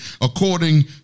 according